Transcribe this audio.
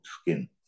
skin